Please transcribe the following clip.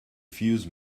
fuse